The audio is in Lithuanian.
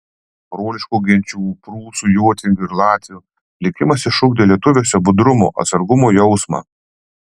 broliškų genčių prūsų jotvingių ir latvių likimas išugdė lietuviuose budrumo atsargumo jausmą